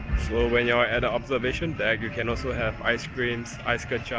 when you are at the observation deck, you can also have ice cream, so ice